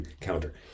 Counter